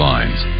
Lines